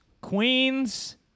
queens